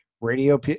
radio